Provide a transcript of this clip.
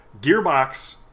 Gearbox